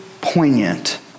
poignant